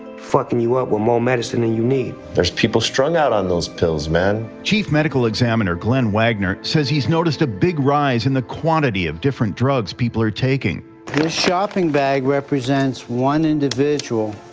fuckin' you up with more medicine than you need. there's people strung out on those pills, man. chief medical examiner glenn wagner says he's noticed a big rise in the quantity of different drugs people are taking. this shopping bag represents one